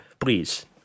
please